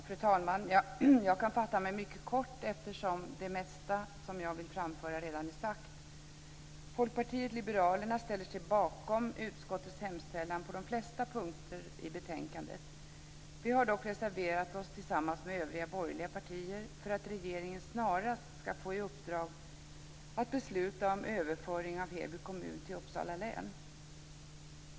Fru talman! Jag kan fatta mig mycket kort eftersom det mesta av det jag vill framföra redan är sagt. Folkpartiet liberalerna ställer sig bakom utskottets hemställan på de flesta punkter i betänkandet. Vi har dock reserverat oss tillsammans med övriga borgerliga partier för att regeringen snarast ska få i uppdrag att besluta om överföring av Heby kommun till Uppsala län.